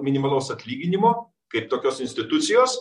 minimalaus atlyginimo kaip tokios institucijos